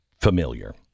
familiar